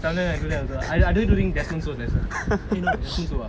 sometimes I do that also I do that during desmond soh lesson eh no desmond soh ah